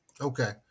Okay